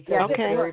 Okay